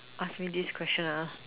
ask me this question